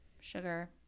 sugar